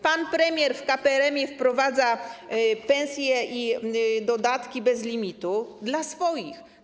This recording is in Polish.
Pan premier w KPRM wprowadza pensje i dodatki bez limitu dla swoich.